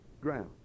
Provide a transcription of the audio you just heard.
ground